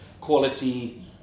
quality